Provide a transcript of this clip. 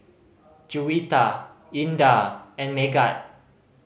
Juwita Indah and Megat